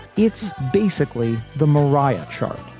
it's basically the mariah chart,